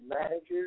managers